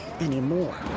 anymore